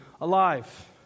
alive